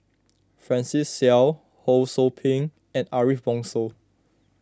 Francis Seow Ho Sou Ping and Ariff Bongso